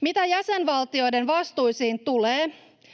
Mitä jäsenvaltioiden vastuisiin tulee,